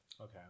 Okay